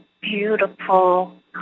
beautiful